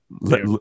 let